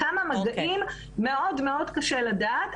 כמה מגעים - מאוד קשה לדעת,